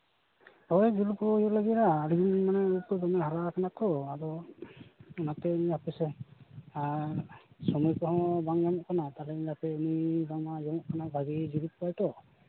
ᱦᱳᱭ ᱡᱩᱞᱩᱯᱚᱜᱚᱜ ᱦᱩᱭᱩᱜ ᱞᱟᱹᱜᱤᱫᱚᱜᱼᱟ ᱟᱹᱰᱤ ᱦᱩᱭᱱᱟ ᱢᱟᱱᱮ ᱩᱵ ᱠᱚ ᱫᱚᱢᱮ ᱦᱟᱨᱟ ᱠᱟᱱᱟ ᱛᱚ ᱟᱫᱚ ᱚᱱᱟᱛᱮ ᱤᱧ ᱟᱯᱮ ᱥᱮᱜ ᱥᱚᱢᱚᱭ ᱠᱚᱦᱚᱸ ᱵᱟᱝ ᱧᱟᱢᱚᱜ ᱠᱟᱱᱟ ᱛᱟᱦᱞᱮᱧ ᱢᱮᱱᱫᱟ ᱦᱟᱯᱮ ᱟᱸᱡᱚᱢᱫᱟ ᱩᱱᱤ ᱵᱷᱟᱜᱤᱭ ᱡᱩᱞᱩᱯ ᱠᱚᱣᱟ ᱛᱚ